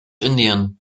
indien